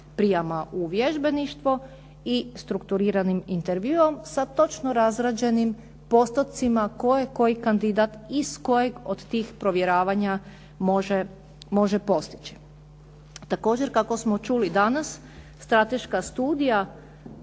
vježbeništvo i strukturiranim intervjuom sa točno razrađenim postocima koje koji kandidat iz kojeg od tih provjeravanja može postići.